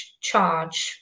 charge